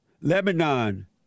Lebanon